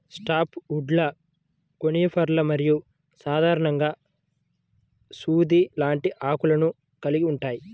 soft వుడ్లు కోనిఫర్లు మరియు సాధారణంగా సూది లాంటి ఆకులను కలిగి ఉంటాయి